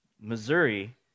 Missouri